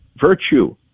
virtue